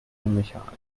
mechanik